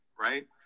right